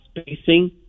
spacing